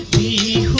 e